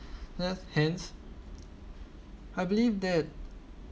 he~ hence I believe that